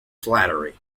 flattery